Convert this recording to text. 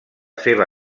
seva